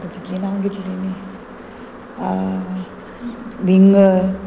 आतां कितलीं नांव घेतली न्ही विंगर